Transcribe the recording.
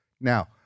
Now